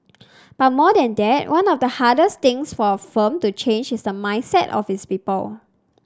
but more than that one of the hardest things for a firm to change is the mindset of its people